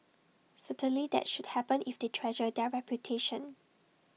certainly that should happen if they treasure their reputation